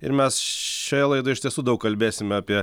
ir mes šioje laidoje iš tiesų daug kalbėsim apie